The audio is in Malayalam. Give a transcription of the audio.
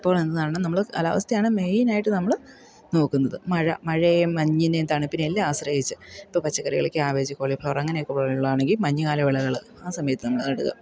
ഇപ്പോളെന്തു നടണം നമ്മൾ കാലാവസ്ഥയാണ് മെയിനായിട്ട് നമ്മൾ നോക്കുന്നത് മഴ മഴയും മഞ്ഞിനെയും തണുപ്പിനെയും എല്ലാം ആശ്രയിച്ച് ഇപ്പം പച്ചക്കറികളിൽ ക്യാബേജ് കോളിഫ്ലവറങ്ങനെയൊക്കെയുള്ളതാണെങ്കിൽ മഞ്ഞുകാല വിളകൾ ആ സമയത്ത് നമ്മൾ നടുക